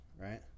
right